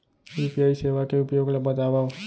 UPI सेवा के उपयोग ल बतावव?